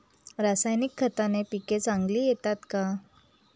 रासायनिक खताने पिके चांगली येतात का?